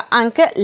anche